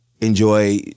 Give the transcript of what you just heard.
enjoy